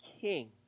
king